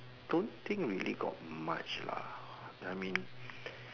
don't think really got much lah I mean